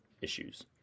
issues